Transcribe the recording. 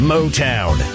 Motown